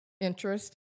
interest